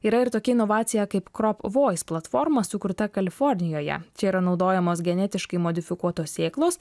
yra ir tokia inovacija kaip krop vois platforma sukurta kalifornijoje čia yra naudojamos genetiškai modifikuotos sėklos